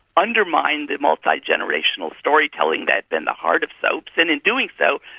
undermined the multi-generational storytelling that had been the heart of soaps and, in doing so,